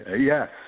Yes